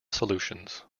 solutions